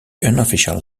unofficial